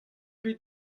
bet